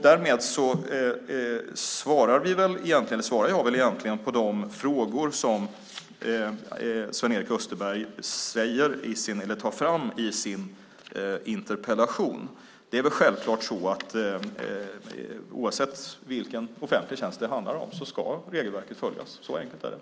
Därmed har jag svarat på de frågor som Sven-Erik Österberg har tagit upp i sin interpellation. Det är väl självklart att oavsett vilken offentlig tjänst det handlar om ska regelverket följas. Så enkelt är det.